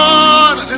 Lord